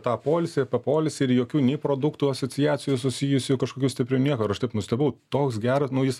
tą poilsį apie poilsį ir jokių nei produktų asociacijų susijusių kažkokių stiprių niekur aš taip nustebau toks gera nu jis